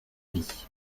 lit